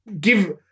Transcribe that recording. Give